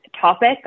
topic